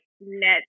net